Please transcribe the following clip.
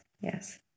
yes